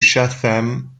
chatham